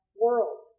world